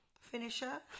finisher